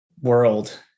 world